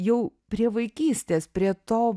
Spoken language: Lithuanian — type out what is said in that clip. jau prie vaikystės prie to